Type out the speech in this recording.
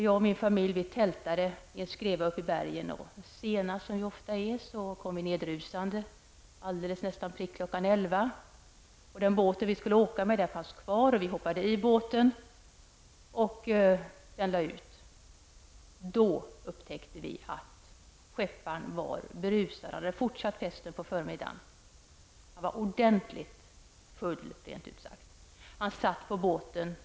Jag och min familj tältade i en bergskreva. Sena som vi ofta är kom vi nedrusande till båten nästan på slaget 11. Den båt som vi skulle åka med låg kvar. Vi hoppade i båten, och denna lade så ut. Då upptäckte vi att skepparen ombord var berusad. Han hade fortsatt festen in på denna dags förmiddag. Han var ordentligt påverkad. Ja, han var rent av full.